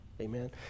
Amen